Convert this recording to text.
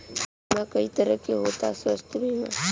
बीमा कई तरह के होता स्वास्थ्य बीमा?